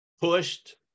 pushed